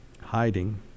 hiding